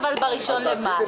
בשינויים